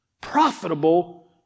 profitable